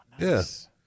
yes